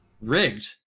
rigged